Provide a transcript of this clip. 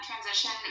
transition